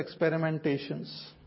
experimentations